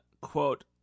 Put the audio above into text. Quote